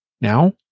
now